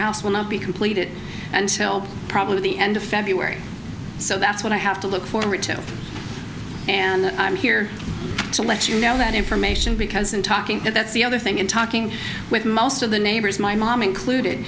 house will not be completed until probably the end of february so that's what i have to look forward to and i'm here to let you know that information because i'm talking to that's the other thing in talking with most of the neighbors my mom included